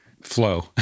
flow